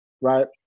Right